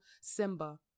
Simba